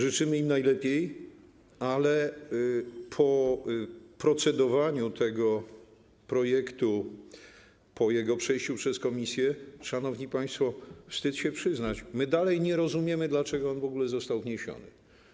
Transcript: Życzymy im najlepiej, ale po procedowaniu nad tym projektem, po jego przejściu przez komisję, szanowni państwo, wstyd się przyznać, my dalej nie rozumiemy, dlaczego on w ogóle został wniesiony.